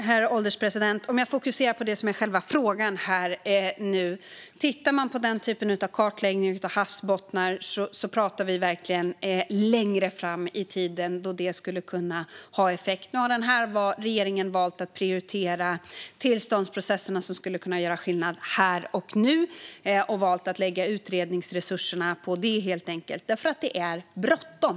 Herr ålderspresident! Låt mig fokusera på det som är själva frågan: När det gäller den här typen av kartläggning av havsbottnar pratar vi verkligen längre fram i tiden. Det är först då det skulle kunna ha effekt. Regeringen har valt att prioritera tillståndsprocesserna som skulle kunna göra skillnad här och nu. Vi har helt enkelt valt att lägga utredningsresurserna på det, för det är bråttom.